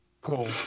Cool